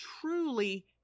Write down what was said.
truly